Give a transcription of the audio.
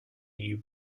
you